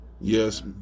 yes